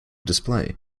display